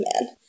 Man